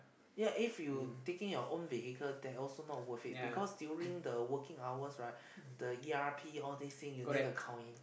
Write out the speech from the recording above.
ya if you taking your own vehicle there will also be not worth it because during working hours right the e_r_p you need to count in